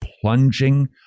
plunging